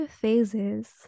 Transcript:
phases